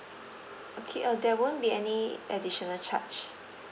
okay uh there won't be any additional charge